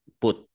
put